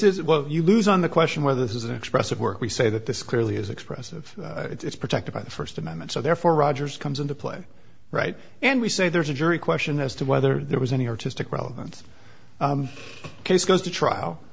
what you lose on the question whether this is an expressive work we say that this clearly is expressive it's protected by the first amendment so therefore rogers comes into play right and we say there's a jury question as to whether there was any artistic relevance case goes to trial